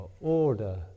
order